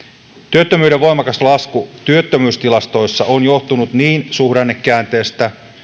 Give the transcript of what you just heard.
työttömyyden voimakas lasku työttömyystilastoissa on johtunut niin suhdannekäänteestä